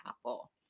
Apple